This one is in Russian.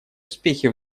успехи